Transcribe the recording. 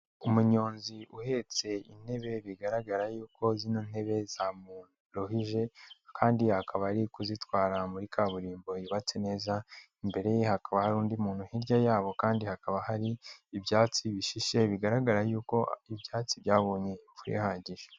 Umunyonzi uhetse intebe bigaragara yuko zino ntebe zamuruhije kandi hakaba ari kuzitwara muri kaburimbo yubatse neza, imbere ye hakaba hari undi muntu, hirya yabo kandi hakaba hari ibyatsi bishishe, bigaragara yuko ibyatsi byabonye imvura ihagije.